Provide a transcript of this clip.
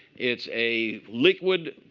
it's a liquid.